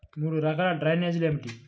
మూడు రకాల డ్రైనేజీలు ఏమిటి?